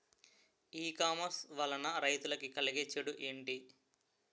ఈ కామర్స్ వలన రైతులకి కలిగే చెడు ఎంటి?